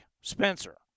Spencer